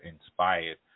inspired